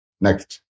Next